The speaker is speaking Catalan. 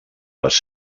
les